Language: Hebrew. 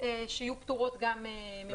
שגם יהיו פטורות.